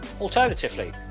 Alternatively